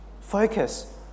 Focus